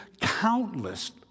countless